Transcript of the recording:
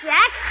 Jack